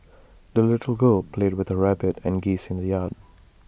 the little girl played with her rabbit and geese in the yard